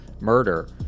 murder